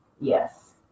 Yes